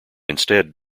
instead